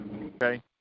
okay